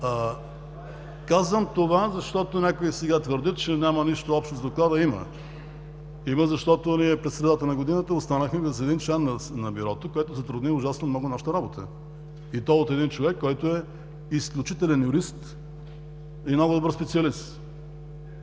Казвам това, защото някои сега твърдят, че няма нищо общо с Доклада. Има. Има, защото ние по средата на годината останахме без един член на Бюрото, което затрудни ужасно много нашата работа. И то от един човек, който е изключителен юрист и много добър специалист.